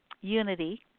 Unity